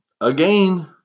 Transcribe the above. again